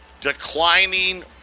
declining